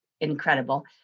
incredible